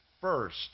first